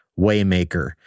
Waymaker